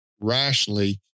rationally